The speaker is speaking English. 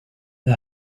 the